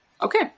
okay